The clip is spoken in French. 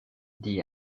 dit